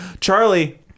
Charlie